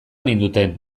ninduten